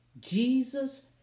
Jesus